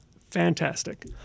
Fantastic